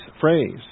phrase